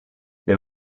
they